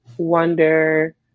wonder